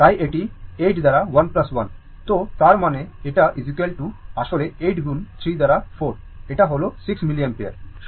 তাই এটি 8 দ্বারা 1 1 তো তার মানে এটা আসলে 8 গুণ 3 দ্বারা 4 এটা হল 6 মিলিঅ্যাম্পিয়ার